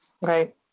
Right